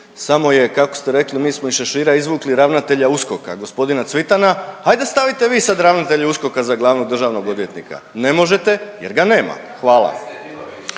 samo je kako ste rekli mi smo iz šešira izvukli ravnatelja USKOK-a gospodina Cvitana. Ajde stavite vi sad ravnatelja USKOK-a za glavnog državnog odvjetnika. Ne možete jer ga nema. Hvala.